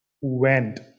went